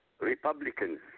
Republicans